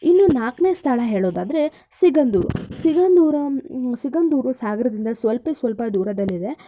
ಇನ್ನು ನಾಲ್ಕನೇ ಸ್ಥಳ ಹೇಳೋದಾದ್ರೆ ಸಿಗಂದೂರು ಸಿಗಂದೂರ ಸಿಗಂದೂರು ಸಾಗರದಿಂದ ಸ್ವಲ್ಪವೇ ಸ್ವಲ್ಪ ದೂರದಲ್ಲಿದೆ